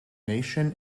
nation